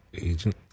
Agent